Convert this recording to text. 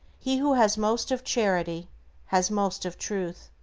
he who has most of charity has most of truth.